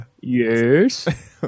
yes